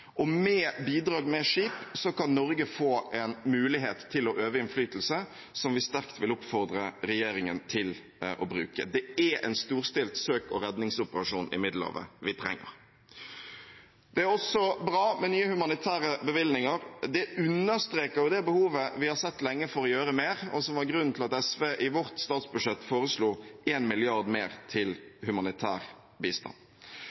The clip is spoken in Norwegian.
med skip kan Norge få en mulighet til å øve innflytelse, noe som vi sterkt oppfordrer regjeringen til å bruke. Vi trenger en storstilt søk- og redningsaksjon i Middelhavet. Det er også bra med nye humanitære bevilgninger. Det understreker behovet vi har sett lenge for å gjøre mer, og er grunnen til at SV i vårt statsbudsjett foreslår 1 mrd. kr mer til humanitær bistand.